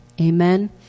Amen